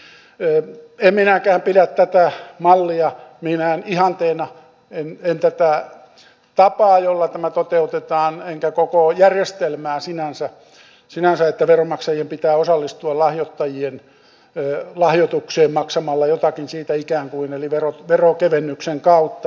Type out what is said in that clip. en minäkään pidä tätä mallia minään ihanteena en tätä tapaa jolla tämä toteutetaan enkä koko järjestelmää sinänsä että veronmaksajien pitää osallistua lahjoittajien lahjoitukseen ikään kuin maksamalla jotakin siitä eli verotuksen keventymisen kautta